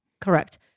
Correct